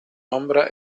ombra